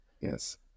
Yes